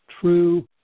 true